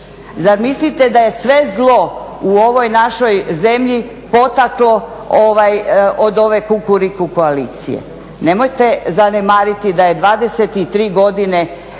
Zar mislite da je sve zlo u ovoj našoj zemlji poteklo od ove Kukuriku koalicije? Nemojte zanemariti da je 23 godine